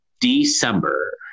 December